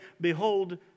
Behold